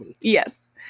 Yes